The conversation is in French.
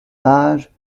page